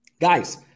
guys